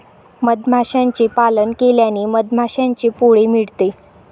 मधमाशांचे पालन केल्याने मधमाशांचे पोळे मिळते